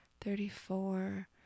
thirty-four